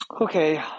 Okay